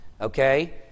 okay